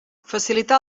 facilitar